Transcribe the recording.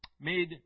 made